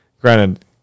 granted